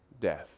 death